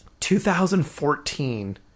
2014